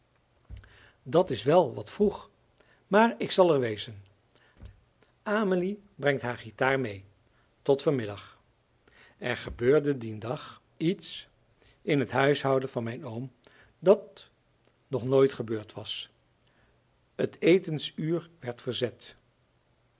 dat is wel wat vroeg maar k zal er wezen amelie brengt haar gitaar mee tot van middag er gebeurde dien dag iets in t huishouden van mijn oom dat nog nooit gebeurd was het etensuur werd verzet